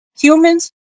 Humans